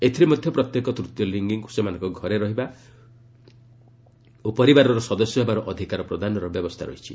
ଏଥିରେ ମଧ୍ୟ ପ୍ରତ୍ୟେକ ତୃତୀୟ ଲିଙ୍ଗୀଙ୍କୁ ସେମାନଙ୍କ ଘରେ ରହିବା ଓ ପରିବାରର ସଦସ୍ୟ ହେବାର ଅଧିକାର ପ୍ରଦାନର ବ୍ୟବସ୍ଥା ରହିଛି